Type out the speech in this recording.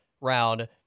round